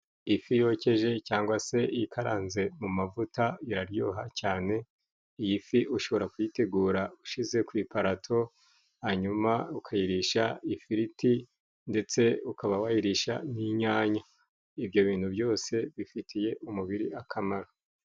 Ifi yokeje cyangwa se ikaranze mu mavuta iraryoha cyane. Iyi fi ushobora kuyitegura ushyize ku iparato hanyuma ukayirisha ifiriti ndetse ukaba wayirisha n'inyanya. Ibyo bintu byose bifitiye umubiri akamaro.